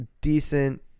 decent